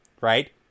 right